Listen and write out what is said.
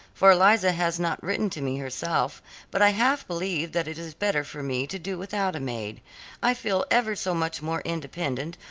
for eliza has not written to me herself but i half believe that it is better for me to do without a maid i feel ever so much more independent,